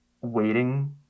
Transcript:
waiting